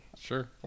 Sure